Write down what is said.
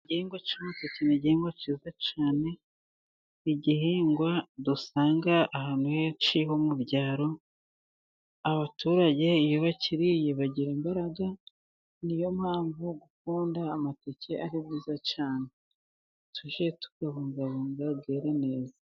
Igihingwa cya mateke n'igihingwa cyiza cyane, nigihingwa dusanga ahantu henshi ho mu byaro, abaturage iyo bakiriye bagira imbaraga, niyo mpamvu gukunda amateke, ari byiza cyane, tujye tuyabungabunga yere neza.